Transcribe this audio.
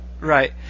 Right